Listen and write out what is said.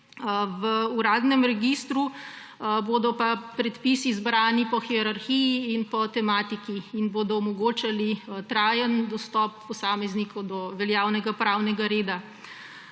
v uradnem registru bodo pa predpisi zbrani po hierarhiji in po tematiki in bodo omogočali trajen dostop posameznikov do veljavnega pravnega reda.